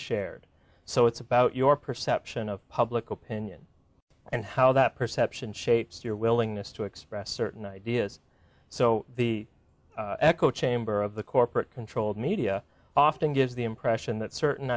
shared so it's about your perception of public opinion and how that perception shapes your willingness to express certain ideas so the echo chamber of the corporate controlled media often gives the impression that certain